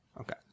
okay